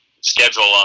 schedule